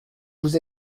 vous